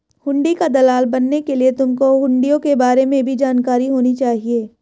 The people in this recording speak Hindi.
हुंडी का दलाल बनने के लिए तुमको हुँड़ियों के बारे में भी जानकारी होनी चाहिए